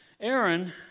Aaron